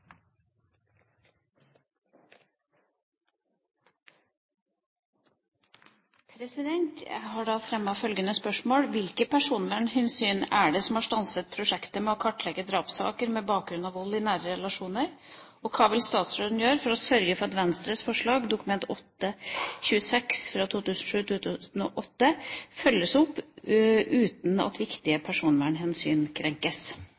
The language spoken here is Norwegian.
er det som har stanset prosjektet med å kartlegge drapssaker med bakgrunn i vold i nære relasjoner, og hva vil statsråden gjøre for å sørge for at Venstres forslag, Dokument nr. 8:26 for 2007–2008, følges opp uten at viktige personvernhensyn krenkes?»